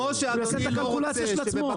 שיעשה את הקלקולציה של עצמו.